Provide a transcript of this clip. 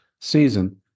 season